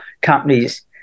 companies